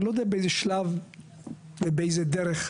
אני לא יודע באיזה שלב ובאיזה דרך,